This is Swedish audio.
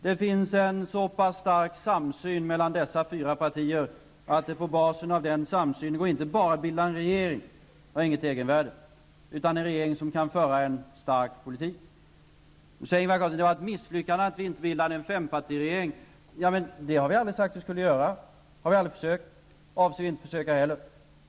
Det finns en så pass stark samsyn mellan dessa fyra partier att det på basen av den samsynen går att inte bara bilda en regering -- det har inget egenvärde -- utan en regering som kan föra en stark politik. Nu säger Ingvar Carlsson att det var ett misslyckande att vi inte bildade en fempartiregering. Men det har vi aldrig sagt att vi skulle göra. Det har vi inte försökt och avser inte att försöka heller.